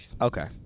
Okay